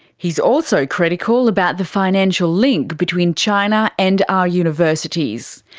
he's also critical about the financial link between china and our universities.